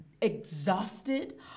exhausted